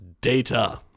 data